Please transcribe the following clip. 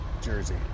jersey